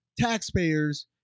taxpayers